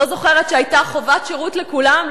לא זוכרת שהיתה חובת שירות לכולם,